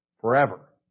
forever